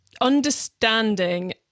understanding